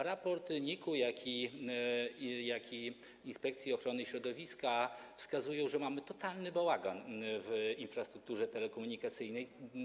Raporty NIK i Inspekcji Ochrony Środowiska pokazują, że mamy totalny bałagan w infrastrukturze telekomunikacyjnej.